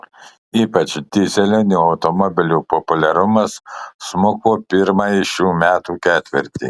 ypač dyzelinių automobilių populiarumas smuko pirmąjį šių metų ketvirtį